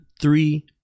Three